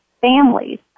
families